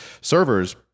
servers